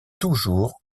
toujours